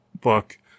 book